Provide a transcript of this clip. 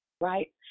right